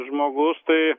žmogus tai